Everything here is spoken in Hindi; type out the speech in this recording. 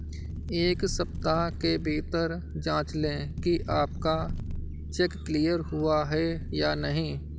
एक सप्ताह के भीतर जांच लें कि आपका चेक क्लियर हुआ है या नहीं